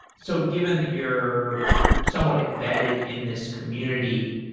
so given that you're somewhat embedded in this community,